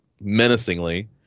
menacingly